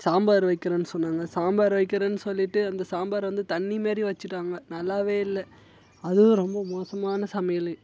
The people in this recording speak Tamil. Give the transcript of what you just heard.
சாம்பார் வைக்கிறேன்னு சொன்னாங்க சாம்பார் வைக்கிறேன்னு சொல்லிட்டு அந்த சாம்பார் வந்து தண்ணி மாரி வச்சிட்டாங்க நல்லாவே இல்லை அதுவும் ரொம்ப மோசமான சமையல்